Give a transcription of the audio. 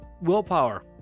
willpower